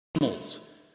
animals